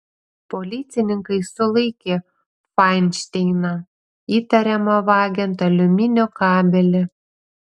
policininkai sulaikė fainšteiną įtariamą vagiant aliuminio kabelį